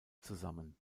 zusammen